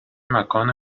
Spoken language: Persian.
مکان